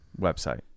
website